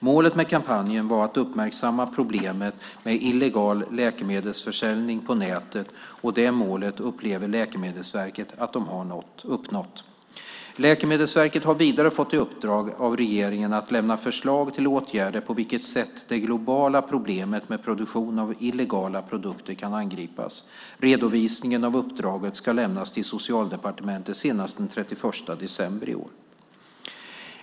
Målet med kampanjen var att uppmärksamma problemet med illegal läkemedelsförsäljning på nätet, och det målet upplever Läkemedelsverket att det har uppnått. Läkemedelsverket har vidare fått i uppdrag av regeringen att lämna förslag till åtgärder på vilket sätt det globala problemet med produktion av illegala produkter kan angripas. Redovisningen av uppdraget ska lämnas till Socialdepartementet senast den 31 december i år.